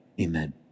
amen